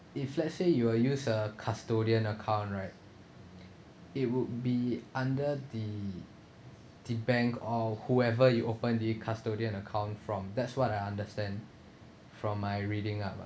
if let's say you will use a custodian account right it would be under the the bank or whoever you open the custodian account from that's what I understand from my reading up ah